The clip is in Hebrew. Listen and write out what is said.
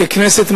ככנסת,